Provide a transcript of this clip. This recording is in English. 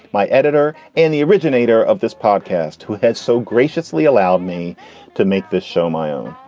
my editor and the originator of this podcast who has so graciously allow me to make this show my own.